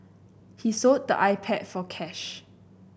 he sold the iPad for cash